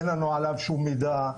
אין לנו עליו שום מידע,